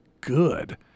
good